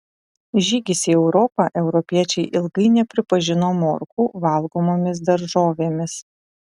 žygis į europą europiečiai ilgai nepripažino morkų valgomomis daržovėmis